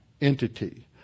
entity